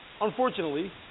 unfortunately